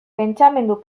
pentsamendu